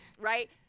right